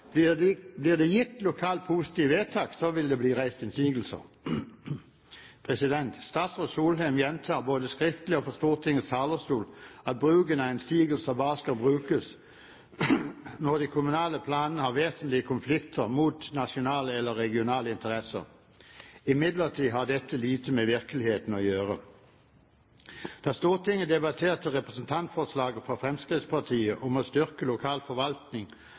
det blir gitt lokalt positivt vedtak, så vil det bli reist innsigelser. Statsråd Solheim gjentar både skriftlig og fra Stortingets talerstol at bruken av innsigelser bare skal brukes når de kommunale planene har vesentlige konflikter mot nasjonale eller regionale interesser. Imidlertid har dette lite med virkeligheten å gjøre. Da Stortinget debatterte representantforslaget fra Fremskrittspartiet om å styrke lokal forvaltning